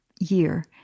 Year